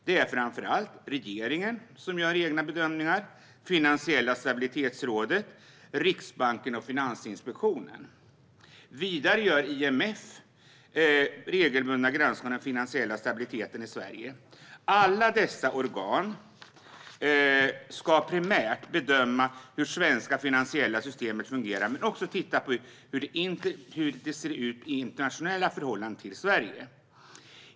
Det är framför allt regeringen, som gör egna bedömningar, Finansiella stabilitetsrådet, Riksbanken och Finansinspektionen. Vidare gör också IMF regelbundna granskningar av den finansiella stabiliteten i Sverige. Alla dessa organ ska primärt bedöma hur det svenska finansiella systemet fungerar men också titta på hur det ser ut internationellt i förhållande till Sverige.